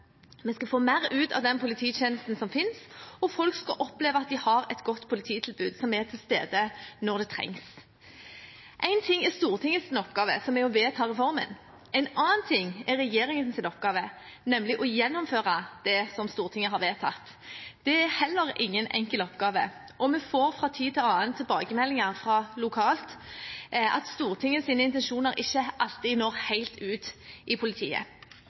Vi skal få mer ut av den polititjenesten som finnes, og folk skal oppleve at de har et godt polititilbud som er til stede når det trengs. Én ting er Stortingets oppgave, som er å vedta reformen, en annen ting er regjeringens oppgave, som nemlig er å gjennomføre det Stortinget har vedtatt. Det er heller ingen enkel oppgave, og vi får fra tid til annen tilbakemeldinger fra politiet lokalt om at Stortingets intensjoner ikke alltid når helt ut i politiet.